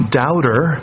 doubter